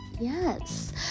yes